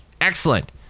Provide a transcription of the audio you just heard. excellent